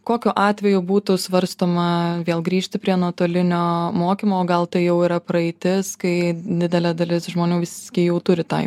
kokiu atveju būtų svarstoma vėl grįžti prie nuotolinio mokymo o gal tai jau yra praeitis kai didelė dalis žmonių visgi jau turi tai